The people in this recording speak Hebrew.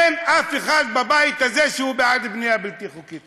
אין אף אחד בבית הזה שהוא בעד בנייה בלתי חוקית.